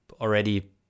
already